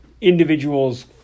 individuals